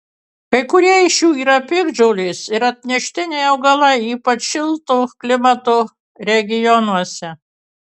kai kurie iš jų yra piktžolės ir atneštiniai augalai ypač šilto klimato regionuose